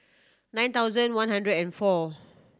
nine thousand one hundred and four